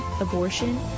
abortion